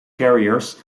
carriers